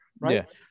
right